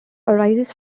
arises